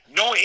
no